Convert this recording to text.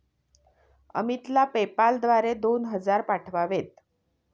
अमितला पेपाल द्वारे दोन हजार पाठवावेत